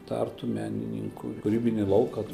tartu menininkų kūrybinį lauką